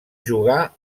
jugar